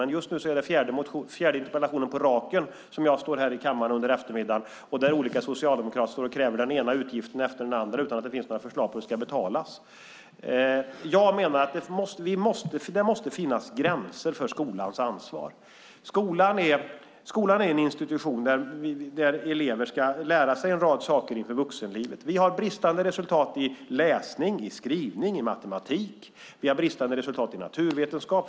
Men just nu är det den fjärde interpellationen på raken som jag står här i kammaren och svarar på under eftermiddagen där olika socialdemokraterna kräver den ena utgiften efter den andra utan att det finns några förslag på hur det ska betalas. Jag menar att det måste finnas gränser för skolans ansvar. Skolan är en institution där elever ska lära sig en rad saker inför vuxenlivet. Vi har bristande resultat i läsning, i skrivning, i matematik och i naturvetenskap.